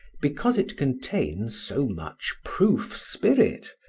because it contains so much proof spirit,